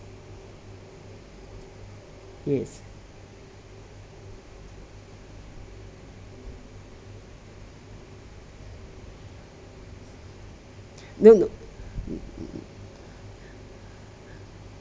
yes no no